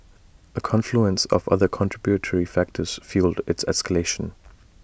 A confluence of other contributory factors fuelled its escalation